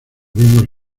vimos